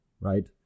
right